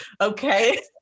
Okay